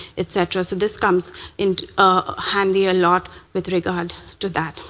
et cetera. so this comes in ah handy a lot with regard to that.